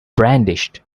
brandished